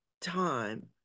time